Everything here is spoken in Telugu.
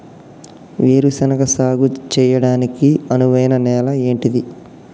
వేరు శనగ సాగు చేయడానికి అనువైన నేల ఏంటిది?